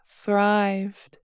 thrived